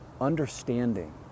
Understanding